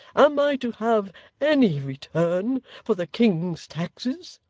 am i to have any return for the king's taxes